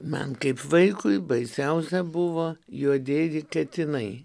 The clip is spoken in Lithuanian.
man kaip vaikui baisiausia buvo juodieji katinai